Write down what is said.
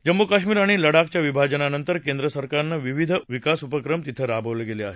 जम्मू कश्मीर आणि लडाखच्या विभाजनानंतर केंद्रसरकारनं विविध विकास उपक्रम तिथं राबवले गेले आहेत